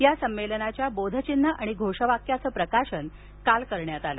या संमेलनाच्या बोधचिन्ह आणि घोषवाक्याचं प्रकाशन काल करण्यात आलं